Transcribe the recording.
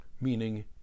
meaning